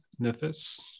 Nithis